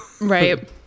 Right